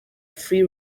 free